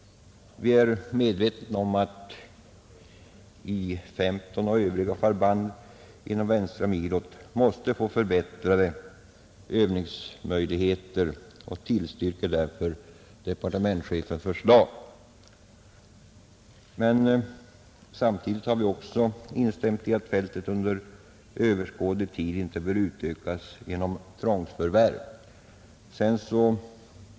Vi är medvetna om att I 15 och övriga förband inom Västra Milo måste få förbättrade övningsmöjligheter och tillstyrker därför departementschefens förslag. Men samtidigt har vi också instämt i att Remmenefältet under överskådlig tid inte bör utökas genom tvångsförvärv.